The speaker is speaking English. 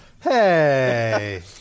Hey